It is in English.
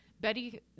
Betty